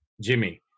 Jimmy